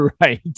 right